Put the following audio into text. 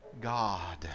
God